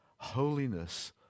holiness